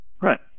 Right